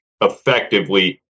effectively